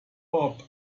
bob